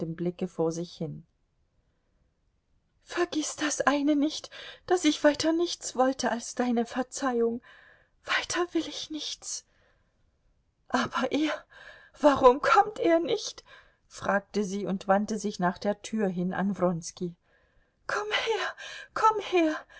blicke vor sich hin vergiß das eine nicht daß ich weiter nichts wollte als deine verzeihung weiter will ich nichts aber er warum kommt er nicht fragte sie und wandte sich nach der tür hin an wronski komm her komm her